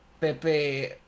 Pepe